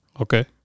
Okay